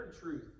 truth